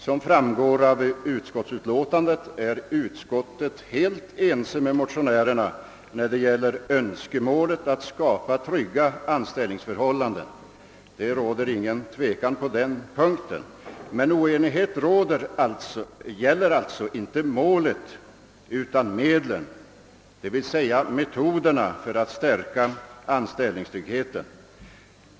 Som fram går av utskottsutlåtandet är utskottet helt ense med motionärerna när det gäller önskemålet att skapa trygga anställningsförhållanden. På den punkten råder ingen tvekan. Oenigheten gäller alltså inte målet utan medlen, d. v. s. metoderna för att stärka anställningstryggheten.